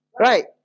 Right